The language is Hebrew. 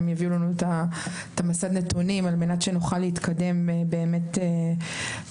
הם יביאו לנו את מסד הנתונים על מנת שנוכל להתקדם באמת בנושא.